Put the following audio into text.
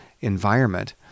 environment